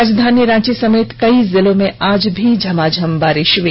राजधानी रांची समेत कई जिलों में आज भी झमाझम बारिश हई